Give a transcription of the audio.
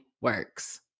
works